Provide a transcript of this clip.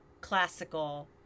classical